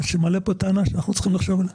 אתה מעלה פה טענה שאנחנו צריכים לחשוב עליה.